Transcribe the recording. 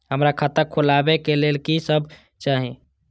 हमरा खाता खोलावे के लेल की सब चाही?